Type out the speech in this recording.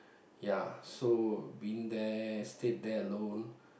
ya so been there stayed there alone